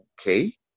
Okay